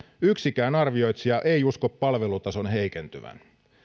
yksikään arvioitsija ei usko palvelutason heikentyvän